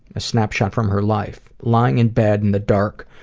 a snapshot from her life lying in bed, in the dark,